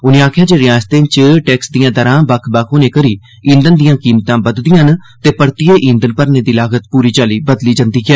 उनें आक्खेआ जे रियासतें च कर दियां दर्रां बक्ख बक्ख होने करी ईंघन दियां कीमतां बदधियां न ते परतियै ईंघन भरने दी लागत पूरी चाल्ली बदली जंदी ऐ